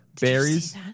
Berries